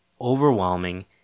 overwhelming